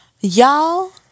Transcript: Y'all